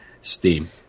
Steam